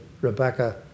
Rebecca